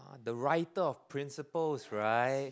are the writer of principles right